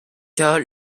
cas